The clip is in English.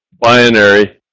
binary